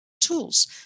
tools